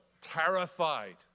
terrified